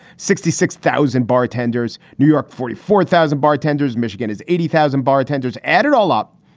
sixty six thousand bartenders, new york, forty four thousand bartenders. michigan is eighty thousand bartenders. add it all up.